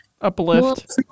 uplift